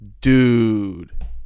Dude